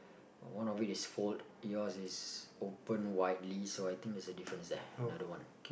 one of it is fold yours is opened widely so I think that's a difference there another one